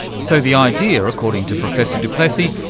so the idea, according to professor du plessis,